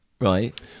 Right